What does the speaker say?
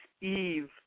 eve